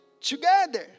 together